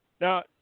Now